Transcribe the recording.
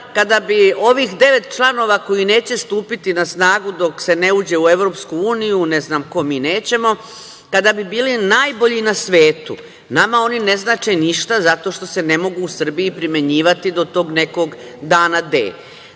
kada bi ovih devet članova koji neće stupiti na snagu dok se ne uđe u EU, ne znam ko, mi nećemo, kada bi bili najbolji na svetu, nama oni ne znače ništa zato što se ne mogu u Srbiji primenjivati do tog nekog dana